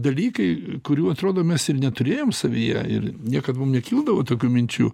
dalykai kurių atrodo mes ir neturėjom savyje ir niekad mum nekildavo tokių minčių